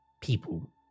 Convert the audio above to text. People